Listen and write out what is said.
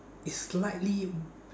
it's slightly